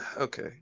Okay